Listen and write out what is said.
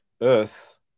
earth